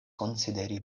konsideri